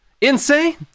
Insane